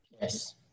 Yes